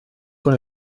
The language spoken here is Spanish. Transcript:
con